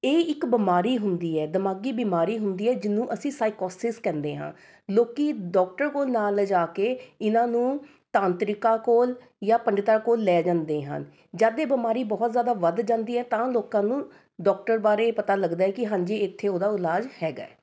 ਇਹ ਇੱਕ ਬਿਮਾਰੀ ਹੁੰਦੀ ਹੈ ਦਿਮਾਗੀ ਬਿਮਾਰੀ ਹੁੰਦੀ ਹੈ ਜਿਹਨੂੰ ਅਸੀਂ ਸਾਈਕੋਸਿਸ ਕਹਿੰਦੇ ਹਾਂ ਲੋਕ ਡਾਕਟਰ ਕੋਲ ਨਾ ਲਿਜਾ ਕੇ ਇਹਨਾਂ ਨੂੰ ਤਾਂਤਰਿਕਾਂ ਕੋਲ ਜਾਂ ਪੰਡਤਾਂ ਕੋਲ ਲੈ ਜਾਂਦੇ ਹਨ ਜਦ ਇਹ ਬਿਮਾਰੀ ਬਹੁਤ ਜ਼ਿਆਦਾ ਵੱਧ ਜਾਂਦੀ ਹੈ ਤਾਂ ਲੋਕਾਂ ਨੂੰ ਡਾਕਟਰ ਬਾਰੇ ਪਤਾ ਲੱਗਦਾ ਹੈ ਕਿ ਹਾਂਜੀ ਇੱਥੇ ਉਹਦਾ ਇਲਾਜ ਹੈਗਾ